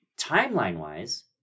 timeline-wise